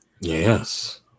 Yes